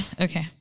okay